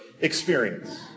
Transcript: experience